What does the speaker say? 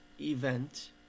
event